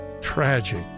tragic